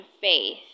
Faith